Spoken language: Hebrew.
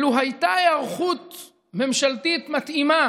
לו הייתה היערכות ממשלתית מתאימה